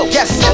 Yes